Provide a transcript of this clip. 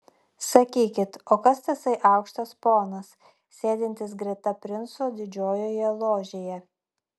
sakykit o kas tasai aukštas ponas sėdintis greta princo didžiojoje ložėje